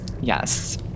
yes